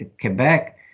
Quebec